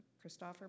Christopher